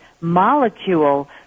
molecule